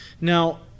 Now